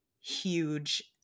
huge